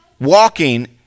walking